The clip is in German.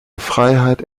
freiheit